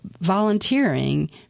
volunteering